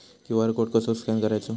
QR code कसो scan करायचो?